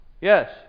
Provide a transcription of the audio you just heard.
Yes